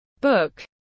book